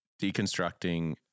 deconstructing